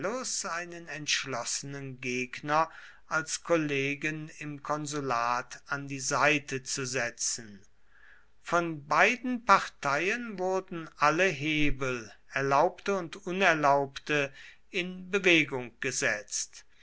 einen entschlossenen gegner als kollegen im konsulat an die seite zu setzen von beiden parteien wurden alle hebel erlaubte und unerlaubte in bewegung gesetzt